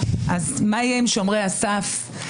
מה יהיה עם שומרי הסף?